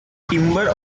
timber